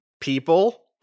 people